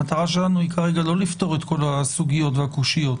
המטרה שלנו כרגע היא לא לפתור את כל הסוגיות והקושיות.